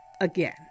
again